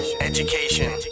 education